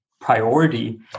priority